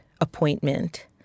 appointment